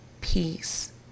peace